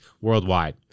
worldwide